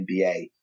NBA